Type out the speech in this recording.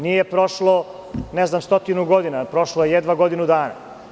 Nije prošlo ne znam stotinu godina, prošlo je jedva godinu dana.